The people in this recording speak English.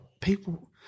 people